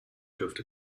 durfte